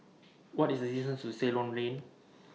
What IS The distance to Ceylon Lane